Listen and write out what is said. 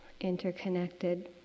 interconnected